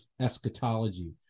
eschatology